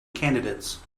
candidates